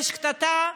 יש קטטה,